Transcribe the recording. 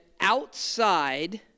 outside